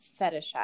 fetishize